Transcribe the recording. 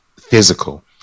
physical